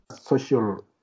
social